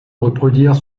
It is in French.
reproduire